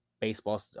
baseball